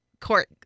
court